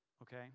Okay